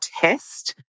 test